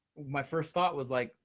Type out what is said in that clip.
my first thought was like,